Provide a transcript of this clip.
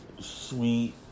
sweet